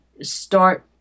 start